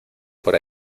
por